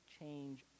change